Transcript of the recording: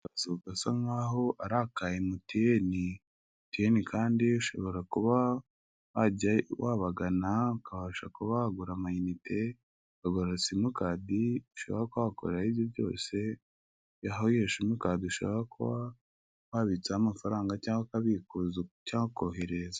Akazu gasa nkaho ari aka MTN, MTN kandi ushobora kuba wabagana ukabasha kuba wagura amayinite, ukagura simukadi ushaka, ushobora kuba wakoreraho ibyo byose, aho iyo simukadi, ushobora kuba wabitsaho amafaranga, cyangwa ukabikuza cyangwa ukohereza.